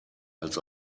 als